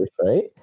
right